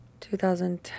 2010